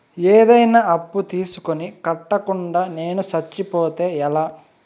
ఏదైనా అప్పు తీసుకొని కట్టకుండా నేను సచ్చిపోతే ఎలా